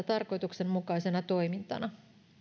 tarkoituksenmukaisena toimintana